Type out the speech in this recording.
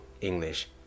English